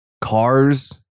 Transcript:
cars